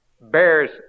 bears